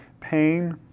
pain